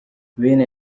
bene